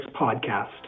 podcast